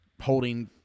holding